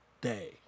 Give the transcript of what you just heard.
day